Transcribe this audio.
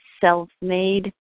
self-made